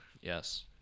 Yes